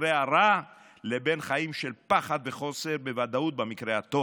הרע לבין חיים של פחד וחוסר ודאות במקרה הטוב.